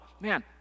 man